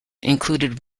included